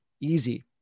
easy